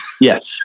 yes